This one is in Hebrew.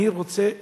אני רוצה לדעת,